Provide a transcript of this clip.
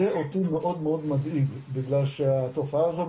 זה אותי מאוד מאוד מדאיג בגלל שהתופעה הזו,